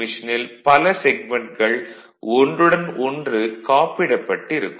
மெஷினில் பல செக்மென்ட்கள் ஒன்றுடன் ஒன்று காப்பிடப்பட்டு இருக்கும்